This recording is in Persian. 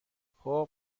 خوب